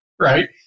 right